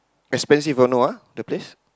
expensive ah no ah the place